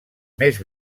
més